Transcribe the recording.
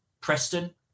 Preston